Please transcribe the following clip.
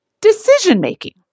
decision-making